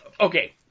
okay